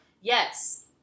yes